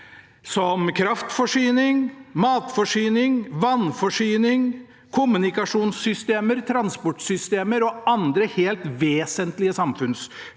som kraftforsyning, matforsyning, vannforsyning, kommunikasjonssystemer, transportsystemer og andre helt vesentlige samfunnsfunksjoner.